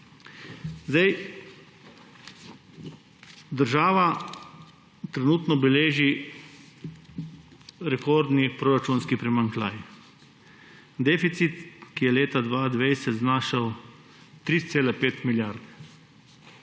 Država trenutno beleži rekordni proračunski primanjkljaj. Deficit je leta 2020 znašal 3,5 milijarde,